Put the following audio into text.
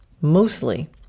mostly